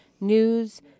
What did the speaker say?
news